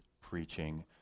preaching